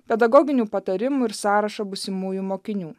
pedagoginių patarimų ir sąrašą būsimųjų mokinių